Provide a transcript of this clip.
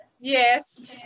Yes